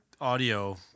audio